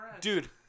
dude